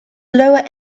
lower